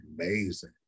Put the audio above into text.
amazing